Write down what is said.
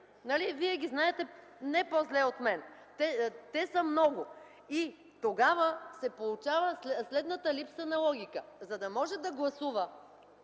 Вие ги знаете не по-зле от мен. Те са много. И тогава се получава следната липса на логика. За да може да гласува